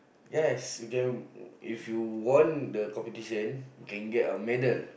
yes you can if you won the competition can get a medal